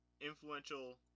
influential